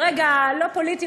ברגע לא פוליטי,